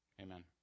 Amen